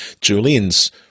Julian's